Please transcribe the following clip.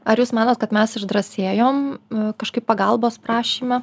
ar jūs manot kad mes išdrąsėjom kažkaip pagalbos prašyme